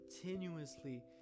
continuously